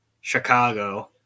Chicago